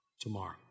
tomorrow